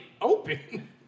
open